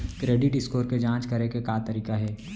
Credit score के जाँच करे के का तरीका हे?